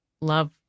love